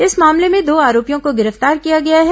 इस मामले में दो आरोपियों को गिरफ्तार किया गया है